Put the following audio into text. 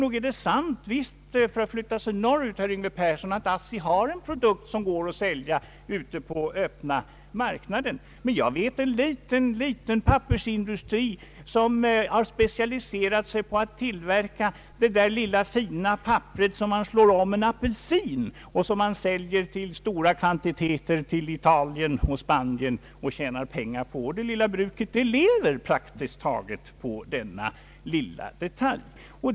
Visst är det sant — för att förflytta sig norrut, herr Yngve Persson — att ASSI har en produkt som går att sälja ute på öppna marknaden. Men jag vet en liten, liten pappersindustri som har specialiserat sig på att tillverka det där lilla fina papperet som man slår om apelsiner och som säljs i stora kvantiteter till Italien och Spanien. Man tjänar pengar på det, och det lilla bruket lever praktiskt taget på denna detalj.